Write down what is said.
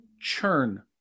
churn